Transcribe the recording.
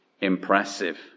impressive